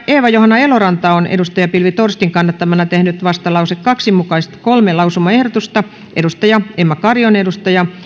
eeva johanna eloranta on pilvi torstin kannattamana tehnyt vastalauseen kaksi mukaiset kolme lausumaehdotusta emma kari on